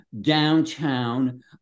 downtown